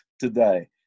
today